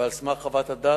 שבת לחלל שבת?